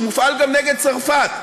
הוא מופעל גם נגד צרפת.